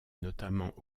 notamment